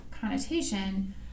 connotation